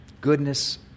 Goodness